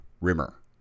Rimmer